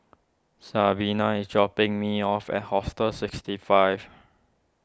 Sabina is dropping me off at Hostel sixty five